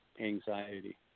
anxiety